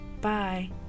Bye